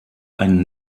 einen